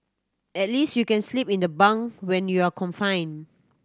at least you can sleep in the bunk when you're confined